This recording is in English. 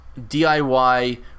DIY